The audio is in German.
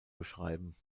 beschreiben